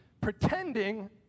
pretending